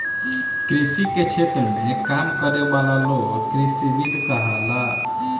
कृषि के क्षेत्र में काम करे वाला लोग कृषिविद कहाला